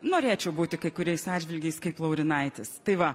norėčiau būti kai kuriais atžvilgiais kaip laurinaitis tai va